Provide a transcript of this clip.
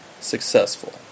successful